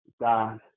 God